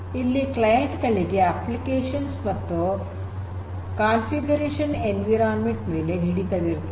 ಇಲ್ಲಿ ಕ್ಲೈಂಟ್ ಗಳಿಗೆ ಅಪ್ಲಿಕೇಶನ್ಸ್ ಮತ್ತು ಕಾಂಫಿಗರೇಷನ್ ಎನ್ವಿರಾನ್ಮೆಂಟ್ ಮೇಲೆ ಹಿಡಿತವಿರುತ್ತದೆ